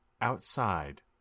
outside